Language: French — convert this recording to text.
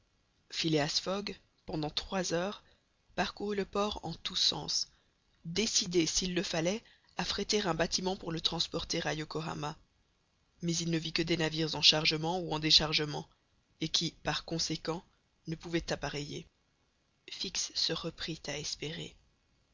phileas fogg pendant trois heures parcourut le port en tous sens décidé s'il le fallait à fréter un bâtiment pour le transporter à yokohama mais il ne vit que des navires en chargement ou en déchargement et qui par conséquent ne pouvaient appareiller fix se reprit à espérer